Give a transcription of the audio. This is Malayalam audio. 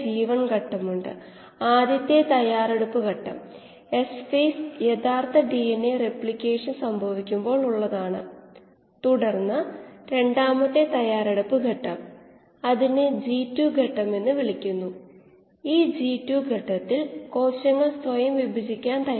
𝜇𝑚 − 𝐷2 കൊണ്ട് ഇരുഭാഗവും ഗുണിക്കുക ഈ സമവാക്യം പുനക്രമീകരണം ചെയ്താൽ Dയുടെ ക്വാഡ്റാറ്റിക് സമവാക്യം ലഭിക്കും രണ്ടാമത്തെ ഡെറിവേറ്റീവ് പൂജ്യത്തെക്കാൾ ്് താഴെയാണ് എങ്കിൽ Dയ്ക്ക് പരമാവധി വിലയായിരിക്കും